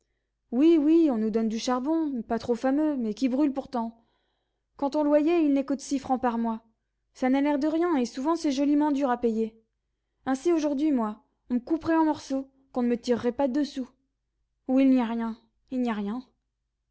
oui oui on nous donne du charbon pas trop fameux mais qui brûle pourtant quant au loyer il n'est que de six francs par mois ça n'a l'air de rien et souvent c'est joliment dur à payer ainsi aujourd'hui moi on me couperait en morceaux qu'on ne me tirerait pas deux sous où il n'y a rien il n'y a rien